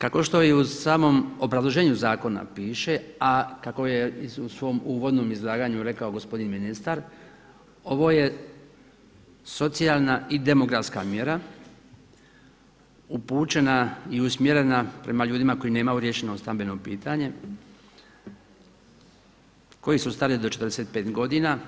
Kako što i u samom obrazloženju zakona piše, a kako je u svom uvodnom izlaganju rekao gospodin ministar ovo je socijalna i demografska mjera upućena i usmjerena prema ljudima koji nemaju riješeno stambeno pitanje, koji su stari do 45 godina